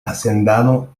hacendado